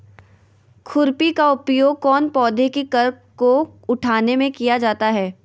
खुरपी का उपयोग कौन पौधे की कर को उठाने में किया जाता है?